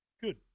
good